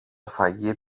φαγί